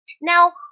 Now